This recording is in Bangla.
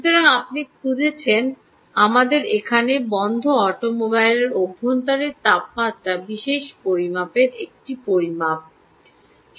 সুতরাং আপনি খুঁজছেন আমাদের এখানে বন্ধ অটোমোবাইলের অভ্যন্তরের তাপমাত্রার বিশেষ পরিমাপের একটি পরিমাপ বলি